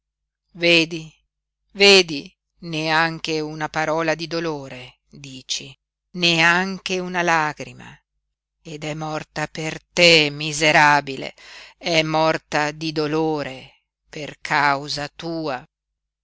vedi vedi neanche una parola di dolore dici neanche una lagrima ed è morta per te miserabile è morta di dolore per causa tua